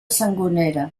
sangonera